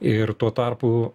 ir tuo tarpu